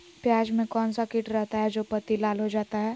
प्याज में कौन सा किट रहता है? जो पत्ती लाल हो जाता हैं